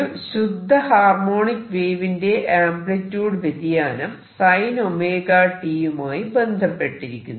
ഒരു ശുദ്ധ ഹാർമോണിക് വേവിന്റെ ആംപ്ലിട്യൂഡ് വ്യതിയാനം sin ωt യുമായി ബന്ധപ്പെട്ടിരിക്കുന്നു